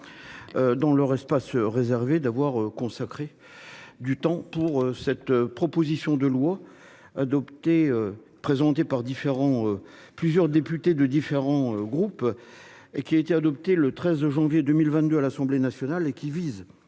Dans leur espace réservé d'avoir consacré du temps pour cette proposition de loi. Adoptée présentée par différents. Plusieurs députés de différents groupes. Et qui a été adoptée le 13 janvier 2022 à l'Assemblée nationale et qui vise